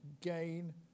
gain